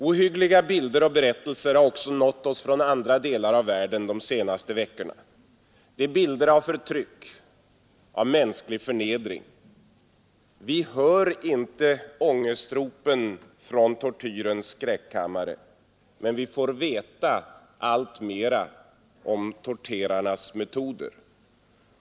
Ohyggliga bilder och berättelser har också nått oss från andra delar av världen de senaste veckorna. Det är bilder av förtryck, av mänsklig förnedring. Vi hör inte ångestropen från tortyrens skräckkammare. Men vi får veta alltmer om torterarnas metoder.